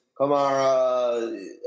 Kamara